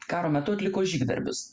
karo metu atliko žygdarbius